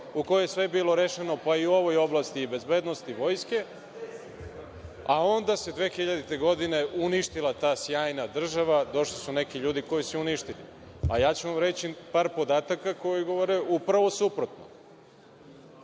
u kojoj je sve bilo rešeno, pa i ova oblast bezbednosti, Vojske, a onda se 2000. godine uništila ta sjajna država, došli su neki ljudi koji su je uništili. Reći ću vam par podataka koji govore upravo suprotno.